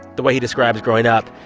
the way he describes growing up,